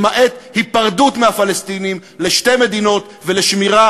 למעט היפרדות מהפלסטינים לשתי מדינות ולשמירה